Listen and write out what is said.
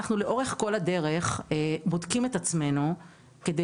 לאורך כל הדרך אנחנו בודקים את עצמנו כדי